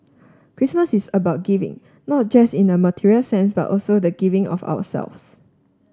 Christmas is about giving not just in a material sense but also the giving of ourselves